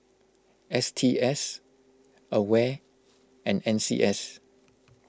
S T S Aware and N C S